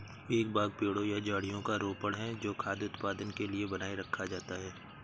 एक बाग पेड़ों या झाड़ियों का रोपण है जो खाद्य उत्पादन के लिए बनाए रखा जाता है